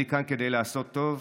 אני כאן כדי לעשות טוב,